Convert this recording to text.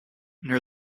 near